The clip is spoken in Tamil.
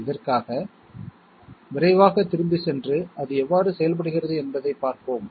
இதற்காக விரைவாக திரும்பிச் சென்று அது எவ்வாறு செயல்படுகிறது என்பதைப் பார்ப்போம்